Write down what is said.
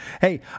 hey